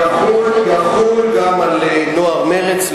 יחול גם על נוער מרצ,